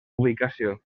ubicació